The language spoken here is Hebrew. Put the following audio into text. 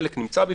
חלק נמצא בפנים,